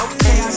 Okay